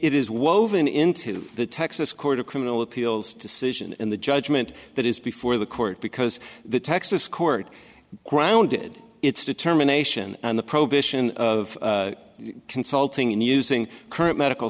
it is woven into the texas court of criminal appeals decision in the judgment that is before the court because the texas court grounded its determination and the prohibition of consulting in using current medical